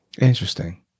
Interesting